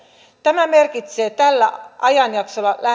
tämä merkitsee tällä ajanjaksolla